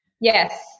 Yes